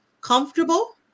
comfortable